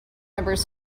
numbers